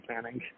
planning